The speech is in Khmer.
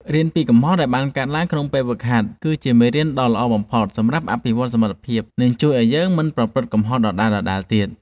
រៀនពីកំហុសដែលបានកើតឡើងក្នុងពេលហ្វឹកហាត់គឺជាមេរៀនដ៏ល្អបំផុតសម្រាប់អភិវឌ្ឍសមត្ថភាព និងជួយឱ្យយើងមិនប្រព្រឹត្តកំហុសដដែលៗទៀត។